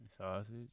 Sausage